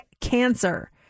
cancer